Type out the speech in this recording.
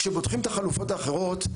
כשפותחים את החלופות האחרות,